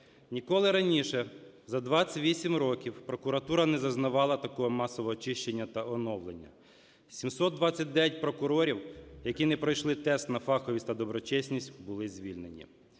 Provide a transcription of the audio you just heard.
Ніколи раніше за 28 років прокуратура не зазнавала такого масового очищення та оновлення. 729 прокурорів, які не пройшли тест на фаховість та доброчесність, були звільнені.